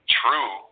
true